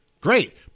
great